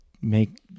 make